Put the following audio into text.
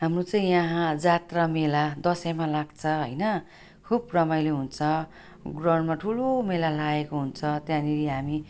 हाम्रो चाहिँ यहाँ जात्रा मेला दसैँमा लाग्छ होइन खुब रमाइलो हुन्छ ग्राउण्डमा ठुलो मेला लागेको हुन्छ त्यहाँनेरि हामी